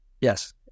yes